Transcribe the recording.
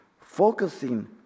focusing